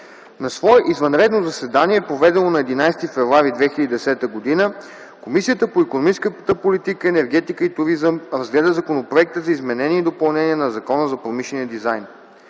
На свое извънредно заседание, проведено на 11 февруари 2010 г., Комисията по икономическата политика, енергетика и туризъм разгледа законопроекта за изменение и допълнение на Закона за промишления дизайн.